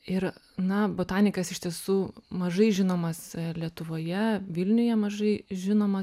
ir na botanikas iš tiesų mažai žinomas lietuvoje vilniuje mažai žinomas